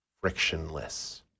frictionless